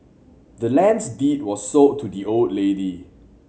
the land's deed was sold to the old lady